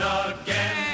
again